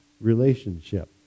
relationship